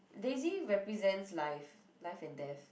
daisy represents life life and death